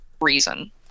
reason